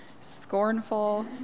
scornful